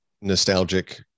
nostalgic